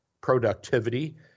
productivity